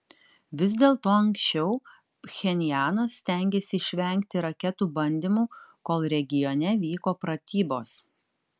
vis dėlto anksčiau pchenjanas stengėsi išvengti raketų bandymų kol regione vyko pratybos